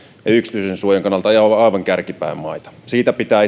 ja yksityisyydensuojan kannalta aivan kärkipään maita siitä pitää